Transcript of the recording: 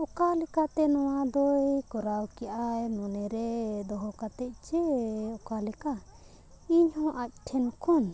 ᱚᱠᱟ ᱞᱮᱠᱟᱛᱮ ᱱᱚᱣᱟ ᱫᱚᱭ ᱠᱚᱨᱟᱣ ᱠᱮᱜ ᱟᱭ ᱢᱚᱱᱮ ᱨᱮ ᱫᱚᱦᱚ ᱠᱟᱛᱮ ᱪᱮ ᱚᱠᱟ ᱞᱮᱠᱟ ᱤᱧ ᱦᱚᱸ ᱟᱡ ᱴᱷᱮᱱ ᱠᱷᱚᱱ